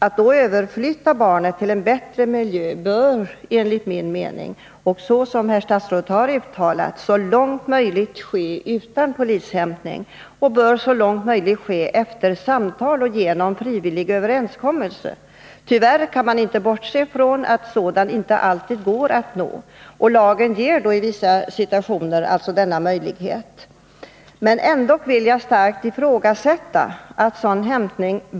Att då överflytta barnet till en bättre miljö bör, enligt min mening och som även herr statsrådet har uttalat, så långt möjligt ske utan polishämtning. Det bör som regel ske efter samtal och genom frivillig överenskommelse. Tyvärr kan man inte bortse ifrån att sådan inte alltid går att nå. Lagen ger då i vissa situationer möjlighet att med polismedverkan hämta barn. Men ändå vill jag starkt ifrågasätta sådan hämtning.